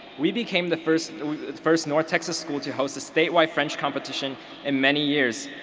we became the first first north texas school to host a statewide french competition in many years.